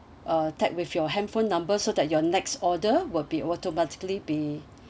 uh tap with your handphone number so that your next order will be automatically be